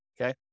Okay